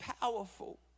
powerful